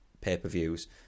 pay-per-views